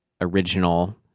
original